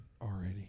already